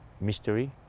mystery